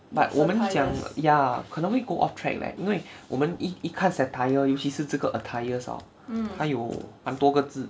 but 我们讲 ya 可能会 go off track leh 因为我们一开始 attire 尤其是这个 attire hor 他有满多个字